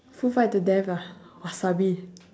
food fight to death ah wasabi